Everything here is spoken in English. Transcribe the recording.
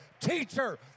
Teacher